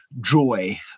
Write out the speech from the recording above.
joy